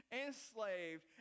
enslaved